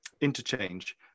interchange